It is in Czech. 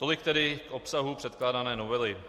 Tolik tedy k obsahu předkládané novely.